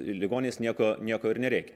ligoniais nieko nieko ir nereikia